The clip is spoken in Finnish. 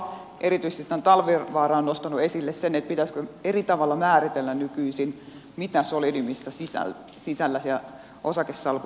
erityisesti tämä talvivaara on nostanut esille sen pitäisikö eri tavalla määritellä nykyisin mitä solidiumissa sisällä siellä osakesalkussa on